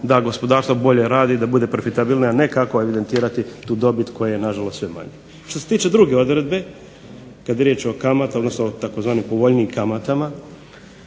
da gospodarstvo bolje radi i da bude profitabilnije, a ne kako evidentirati tu dobit koje je na žalost sve manje. Što se tiče druge odredbe kada je riječ o kamati odnosno takozvanim povoljnijim kamatama